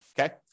Okay